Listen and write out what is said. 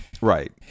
Right